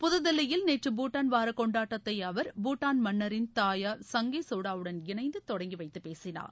புத்தில்லியில் நேற்று பூட்டான் வார கொண்டாட்டத்தை அவர் பூட்டான் மன்னரின் தாயார் சங்கே சோடன் வுடன் இணைந்து தொடங்கிவைத்து பேசினார்